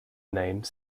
name